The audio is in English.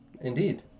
Indeed